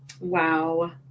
Wow